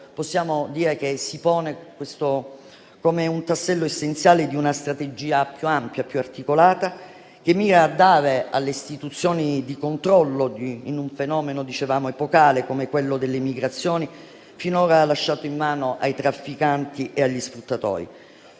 normativo si pone come il tassello essenziale di una strategia più ampia e articolata, che mira a dare alle istituzioni il controllo di un fenomeno epocale come quello delle migrazioni, finora lasciato in mano ai trafficanti e agli sfruttatori.